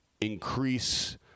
increase